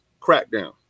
crackdown